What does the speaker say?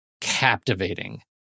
captivating